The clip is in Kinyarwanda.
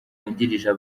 wungirijwe